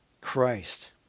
Christ